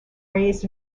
raised